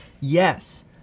Yes